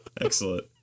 Excellent